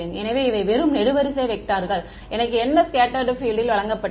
எனவே இவை வெறும் நெடுவரிசை வெக்டர்கள் எனக்கு என்ன ஸ்கெட்ட்டர்டு பீல்ட்டில் வழங்கப்பட்டது